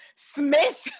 Smith